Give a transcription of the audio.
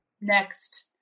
next